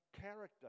character